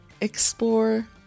explore